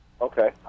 okay